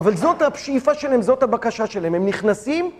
אבל זאת השאיפה שלהם, זאת הבקשה שלהם, הם נכנסים...